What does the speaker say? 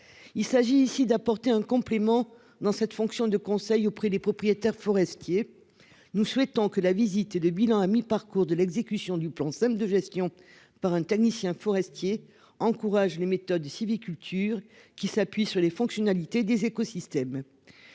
Il s'agit ici d'apporter un complément dans cette fonction de conseil auprès des propriétaires forestiers. Nous souhaitons que la visite et le bilan à mi-parcours de l'exécution du plan de gestion par un technicien forestier encourage les méthodes sylviculture qui s'appuie sur les fonctionnalités des écosystèmes.